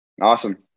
Awesome